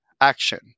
action